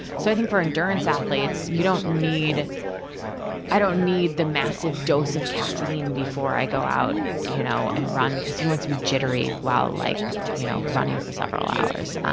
so, i think for endurance athletes, you don't need i don't need the massive dose of caffeine before i go out you know and run because who wants to be jittery while like you know running for several hours?